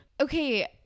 okay